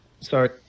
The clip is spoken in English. Sorry